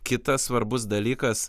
kitas svarbus dalykas